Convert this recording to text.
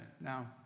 Now